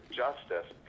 justice